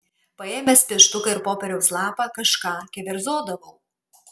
paėmęs pieštuką ir popieriaus lapą kažką keverzodavau